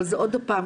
אבל זה עוד פעם,